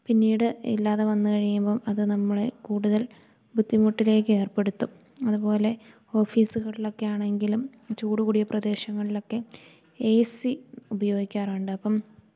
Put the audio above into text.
പിന്നീട് ഇല്ലാതെ വന്ന് കഴിയുമ്പം അത് നമ്മളേ കൂടുതൽ ബുദ്ധിമുട്ടിലേക്ക് ഏർപ്പെടുത്തും അതുപോലെ ഓഫീസുകൾളൊക്കെ ആണെങ്കിലും ചൂട് കൂടിയ പ്രദേശങ്ങളിലൊക്കെ ഏ സി ഉപയോഗിക്കാറുണ്ട് അപ്പം